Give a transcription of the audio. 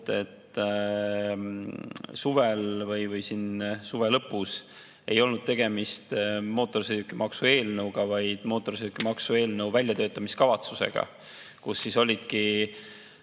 Suvel või suve lõpus ei olnud tegemist mootorsõidukimaksu eelnõuga, vaid mootorsõidukimaksu eelnõu väljatöötamiskavatsusega, kus olid